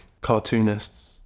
cartoonists